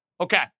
Okay